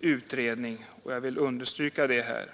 utredning, och jag vill understryka det här.